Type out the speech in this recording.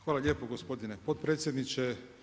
Hvala lijepo gospodine potpredsjedniče.